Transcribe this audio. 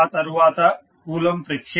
ఆ తర్వాత Coulomb friction